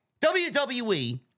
WWE